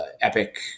epic